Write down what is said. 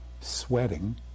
sweating